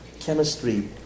chemistry